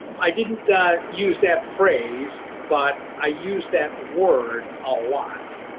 i didn't use that phrase but i use that word a lot.